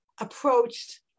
approached